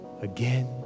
again